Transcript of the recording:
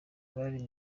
bari